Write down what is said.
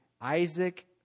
Isaac